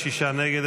בעד, 56 נגד.